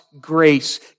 grace